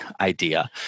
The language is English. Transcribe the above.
idea